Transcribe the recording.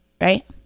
Right